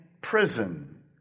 prison